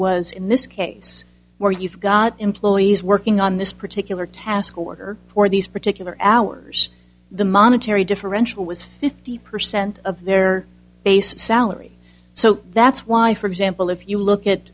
was in this case where you've got employees working on this particular task order for these particular hours the monetary differential was fifty percent of their base salary so that's why for example if you look at